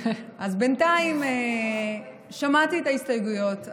אז בינתיים שמעתי את ההסתייגויות.